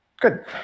Good